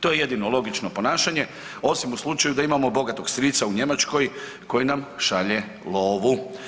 To je jedino logično ponašanje osim u slučaju da imamo bogatog strica u Njemačkoj koji nam šalje lovu.